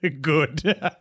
good